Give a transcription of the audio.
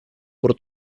por